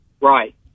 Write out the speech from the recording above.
right